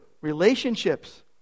Relationships